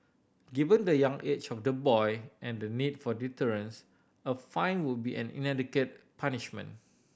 given the young age of the boy and the need for deterrence a fine would be an inadequate punishment